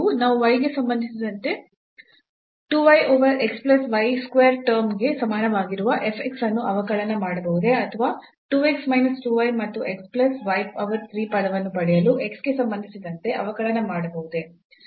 ನಾವು y ಗೆ ಸಂಬಂಧಿಸಿದಂತೆ 2 y over x plus y square term ಗೆ ಸಮಾನವಾಗಿರುವ f x ಅನ್ನು ಅವಕಲನ ಮಾಡಬಹುದೇ ಅಥವಾ ಈ 2 x minus 2 y and x plus y power 3 ಪದವನ್ನು ಪಡೆಯಲು x ಗೆ ಸಂಬಂಧಿಸಿದಂತೆ ಅವಕಲನ ಮಾಡಬಹುದೇ